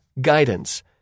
guidance